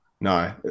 no